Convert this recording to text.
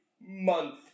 month